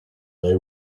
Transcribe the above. they